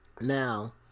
Now